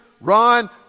Ron